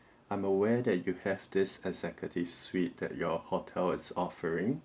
I'm aware that you have this executive suite that your hotel is offering